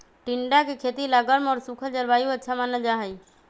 टिंडा के खेती ला गर्म और सूखल जलवायु अच्छा मानल जाहई